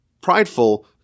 prideful